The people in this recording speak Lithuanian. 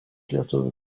lietuvių